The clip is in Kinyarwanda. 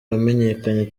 wamenyekanye